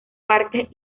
parques